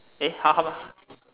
eh how how